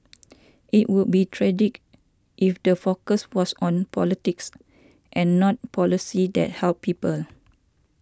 it would be tragic if the focus was on politics and not policies that help people